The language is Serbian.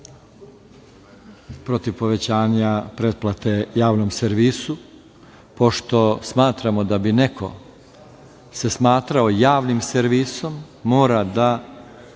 protiv povećanja pretplate javnom servisu, pošto smatramo da bi neko se smatrao javnim servisom, mora da